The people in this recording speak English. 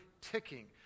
ticking